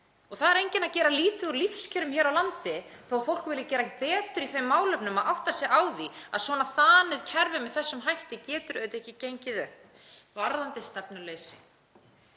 Það er enginn að gera lítið úr lífskjörum hér á landi þó að fólk vilji gera betur í þeim málefnum og átti sig á því að svona þanið kerfi með þessum hætti getur auðvitað ekki gengið upp Varðandi stefnuleysið